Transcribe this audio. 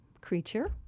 creature